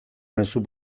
mezu